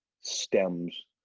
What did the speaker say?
stems